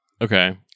Okay